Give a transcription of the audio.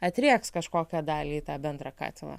atrieks kažkokią dalį į tą bendrą katilą